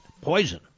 poison